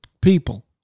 people